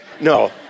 no